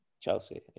Chelsea